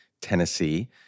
Tennessee